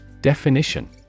Definition